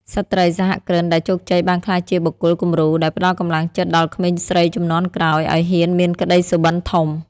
ស្ត្រីសហគ្រិនដែលជោគជ័យបានក្លាយជាបុគ្គលគំរូ ដែលផ្ដល់កម្លាំងចិត្តដល់ក្មេងស្រីជំនាន់ក្រោយឱ្យហ៊ានមានក្ដីសុបិនធំ។